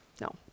No